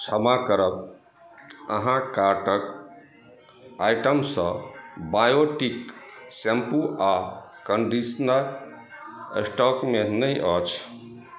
क्षमा करब अहाँक कार्टक आइटमसँ बायोटीक शैम्पू आ कंडीशनर स्टॉकमे नहि अछि